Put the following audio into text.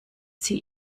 sie